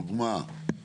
הדוגמא,